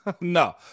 No